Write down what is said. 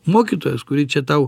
mokytojos kuri čia tau